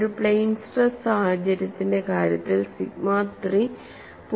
ഒരു plane stress സാഹചര്യത്തിന്റെ കാര്യത്തിൽ സിഗ്മ 3 0 ആണ്